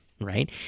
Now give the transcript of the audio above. right